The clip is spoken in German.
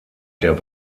der